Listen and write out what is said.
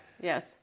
yes